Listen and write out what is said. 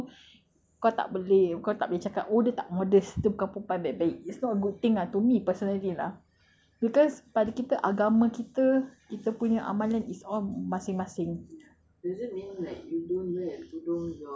ya lah macam tak semestinya dia tak pakai tudung kau tak boleh kau tak boleh cakap oh dia tak modest dia bukan perempuan yang baik-baik it's not a good thing ah to me personally lah because pada kita agama kita kita punya amalan is all masing-masing